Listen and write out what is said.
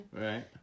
right